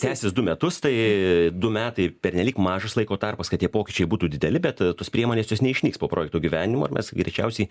tęsis du metus tai du metai pernelyg mažas laiko tarpas kad tie pokyčiai būtų dideli bet tos priemonės jos neišnyks po projekto įgyvendinimo ir mes greičiausiai